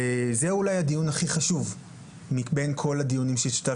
וזה אולי הדיון הכי חשוב מבין כל הדיונים שהשתתפתי בהם עד כה.